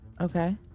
okay